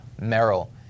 Merrill